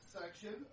section